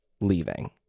Leaving